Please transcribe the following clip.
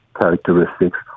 characteristics